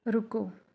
ਰੁਕੋ